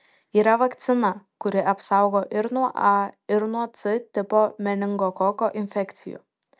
yra vakcina kuri apsaugo ir nuo a ir nuo c tipo meningokoko infekcijų